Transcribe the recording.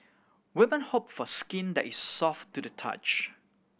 woman hope for skin that is soft to the touch